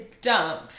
dump